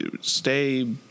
stay